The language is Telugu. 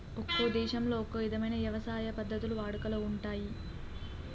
ఒక్కో దేశంలో ఒక్కో ఇధమైన యవసాయ పద్ధతులు వాడుకలో ఉంటయ్యి